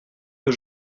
peu